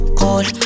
cold